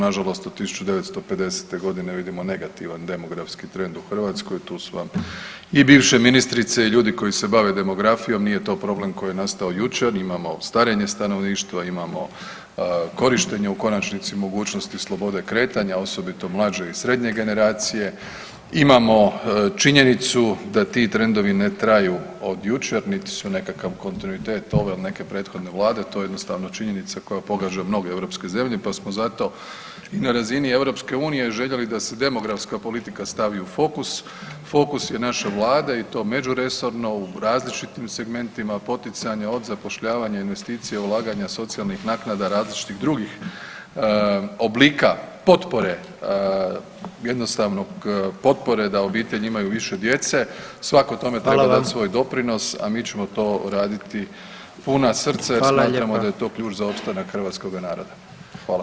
Nažalost od 1950.g. vidimo negativan demografski trend u Hrvatskoj, tu su vam i bivši ministrice i ljudi koji se bave demografijom, nije to problem koji je nastao jučer, imamo starenje stanovništva, imamo korištenje u konačnici mogućnosti slobode kretanja, osobito mlađe i srednje generacije, imamo činjenicu da ti trendovi ne traju od jučer niti su nekakav kontinuitet ove ili neke prethodne vlade, to je jednostavno činjenica koja pogađa mnoge europske zemlje pa smo zato i na razini EU željeli da se demografska politika stavi u fokus, fokus je naša Vlada i to međuresorno u različitim segmentima poticanja, od zapošljavanja, investicija, ulaganja, socijalnih naknada, različitih drugih oblika potpore, jednostavno potpore da obitelji imaju više djece, svako tome treba dati svoj doprinos, a mi ćemo to raditi puna srca jer smatramo da je to ključ za opstanak hrvatskoga naroda.